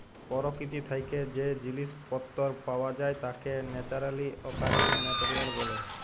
পরকিতি থ্যাকে যে জিলিস পত্তর পাওয়া যায় তাকে ন্যাচারালি অকারিং মেটেরিয়াল ব্যলে